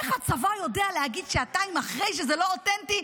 אמרתי: איך הצבא יודע להגיד שעתיים אחרי שזה לא אותנטי?